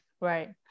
right